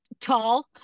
tall